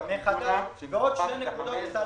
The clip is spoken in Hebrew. עוד שתי נקודות קטנות.